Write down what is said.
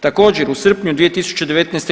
Također, u srpnju 2019.